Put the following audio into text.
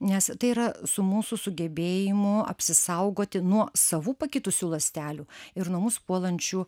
nes tai yra su mūsų sugebėjimu apsisaugoti nuo savų pakitusių ląstelių ir nuo mus puolančių